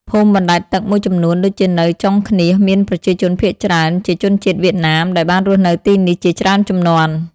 ភូមិបណ្ដែតទឹកមួយចំនួនដូចជានៅចុងឃ្នៀសមានប្រជាជនភាគច្រើនជាជនជាតិវៀតណាមដែលបានរស់នៅទីនេះជាច្រើនជំនាន់។